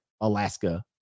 Alaska